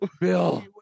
Bill